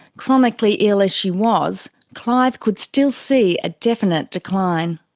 chronically ill as she was, clive could still see a definite decline.